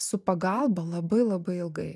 su pagalba labai labai ilgai